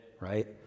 Right